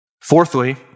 Fourthly